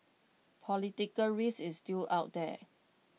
political risk is still out there